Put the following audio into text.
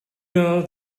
know